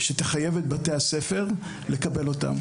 שתחייב את בתי הספר לקבל אותה.